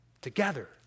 together